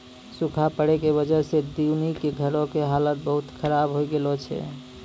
सूखा पड़ै के वजह स दीनू के घरो के हालत बहुत खराब होय गेलो छै